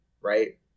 right